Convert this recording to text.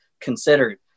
considered